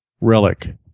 relic